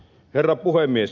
herra puhemies